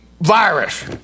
virus